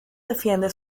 defiende